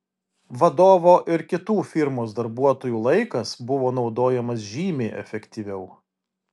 vadovo ir kitų firmos darbuotojų laikas buvo naudojamas žymiai efektyviau